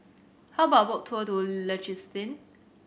how about a boat tour in Liechtenstein